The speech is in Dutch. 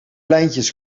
lijntjes